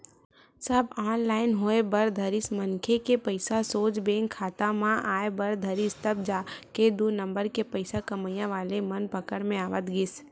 सब online होय बर धरिस मनखे के पइसा सोझ बेंक खाता म आय बर धरिस तब जाके दू नंबर के पइसा कमइया वाले मन पकड़ म आवत गिस